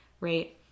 right